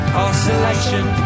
oscillation